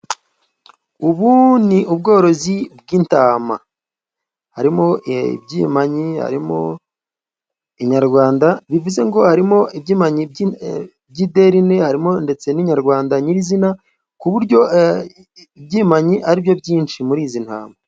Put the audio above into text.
Ubu ni ubworozi bw'intama, harimo ibyimanyi, harimo inyarwanda, bivuze ngo harimo ibyimanyi by'iderine harimo ndetse n'inyarwanda nyirizina ku buryo ibyimanyi aribyo byinshi muri izi ntama.